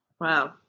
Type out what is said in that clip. Wow